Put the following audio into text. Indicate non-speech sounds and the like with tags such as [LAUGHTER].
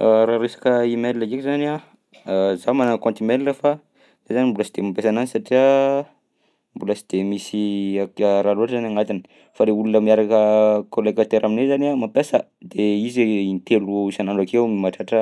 [HESITATION] Raha resaka e-mail ndraika zany a [HESITATION] za manana compte e-mail fa za zany mbola sy de mampiasa anazy satria mbola sy de misy ak- [HESITATION] raha loatra any agnatiny fa le olona miaraka colocataire aminahy zany a mampiasa de izy intelo isan'andro akeo mahatratra